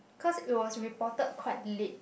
cause it was reported quite late